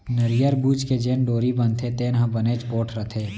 नरियर बूच के जेन डोरी बनथे तेन ह बनेच पोठ रथे